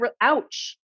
ouch